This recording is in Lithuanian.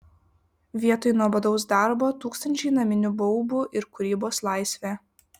vietoj nuobodaus darbo tūkstančiai naminių baubų ir kūrybos laisvė